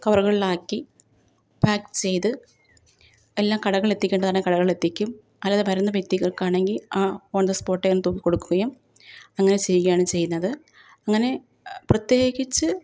കവറുകളിലാക്കി pack ചെയ്ത് എല്ലാ കടകളിലെത്തിക്കേണ്ടതാണെങ്കിൽ കടകളിലെത്തിക്കും അല്ലാതെ വരുന്ന വ്യക്തികൾക്കാണെങ്കിൽ ആ ഓൺ ദ സ്പോട്ടെ ഞാൻ തൂക്കി കൊടുക്കുകയും അങ്ങനെ ചെയ്യുകയാണ് ചെയ്യുന്നത് അങ്ങനെ പ്രത്യേകിച്ച്